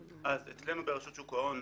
אצלנו ברשות שוק ההון,